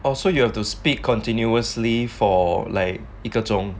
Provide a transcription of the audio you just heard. oh so you have to speak continuously for like 一个钟